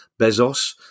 Bezos